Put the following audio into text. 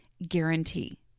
guarantee